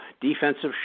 defensive